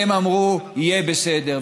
הם אמרו: יהיה בסדר.